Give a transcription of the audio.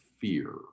fear